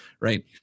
right